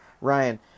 Ryan